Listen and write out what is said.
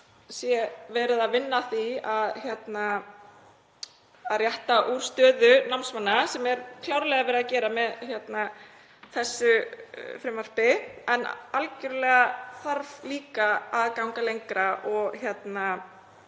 sé verið að vinna að því að rétta stöðu námsmanna sem er klárlega verið að gera með þessu frumvarpi. En það þarf algerlega líka að ganga lengra og skoða